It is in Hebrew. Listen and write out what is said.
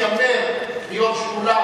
אדוני היושב-ראש,